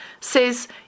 says